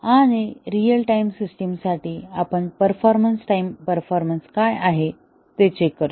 आणि real time सिस्टीमसाठी आपण परफॉर्मन्स टाइम परफॉर्मन्स काय आहे ते चेक करतो